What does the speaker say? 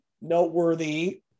noteworthy